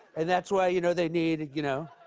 and that's why, you know, they need, you know.